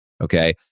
Okay